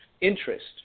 interest